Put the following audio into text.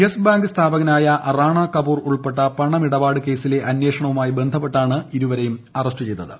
yes Bank സഹസ്ഥാപകനായ റാണാ കപൂർ ഉൾപ്പെട്ട പണമിടപാട് കേസിലെ അന്വേഷണവുമായി ബന്ധപ്പെട്ടാണ് ഇരുവരെയും അറസ്റ്റ് ചെയ്തത്